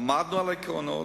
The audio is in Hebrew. עמדנו על העקרונות.